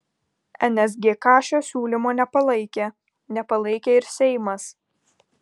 nsgk šio siūlymo nepalaikė nepalaikė ir seimas